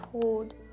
told